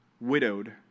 widowed